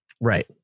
Right